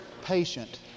patient